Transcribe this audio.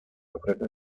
ofrece